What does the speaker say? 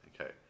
okay